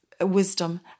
wisdom